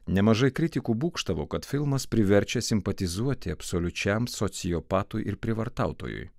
nemažai kritikų būgštavo kad filmas priverčia simpatizuoti absoliučiam sociopatui ir prievartautojui